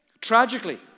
Tragically